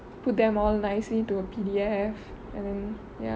put them all nicely to a P_D_F and then ya